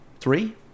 three